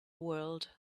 world